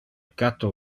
catto